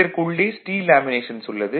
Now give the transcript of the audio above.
இதற்கு உள்ளே steel laminations உள்ளது